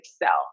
excel